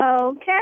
Okay